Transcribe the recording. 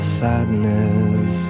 sadness